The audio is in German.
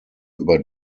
über